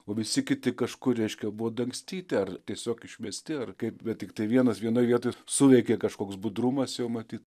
o visi kiti kažkur reiškia buvo dangstyti ar tiesiog išmesti ar kaip bet tiktai vienas vienoj vietoj suveikė kažkoks budrumas jau matyt